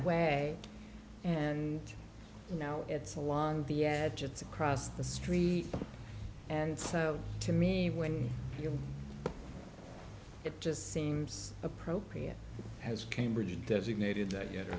away and you know it's along the edge it's across the street and so to me when you know it just seems appropriate has cambridge designated that y